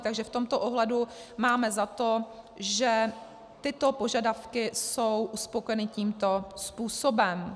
Takže v tomto ohledu máme za to, že tyto požadavky jsou uspokojeny tímto způsobem.